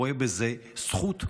רואה בזה זכות,